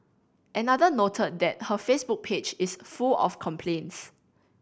another noted that her Facebook page is full of complaints